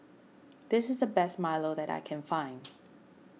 this is the best Milo that I can find